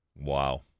Wow